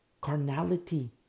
Carnality